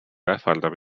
ähvardab